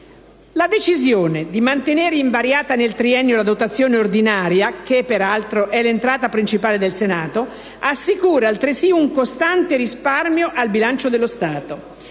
La decisione di mantenere invariata nel triennio la dotazione ordinaria (che peraltro rappresenta l'entrata principale del Senato) assicura un consistente risparmio al bilancio dello Stato,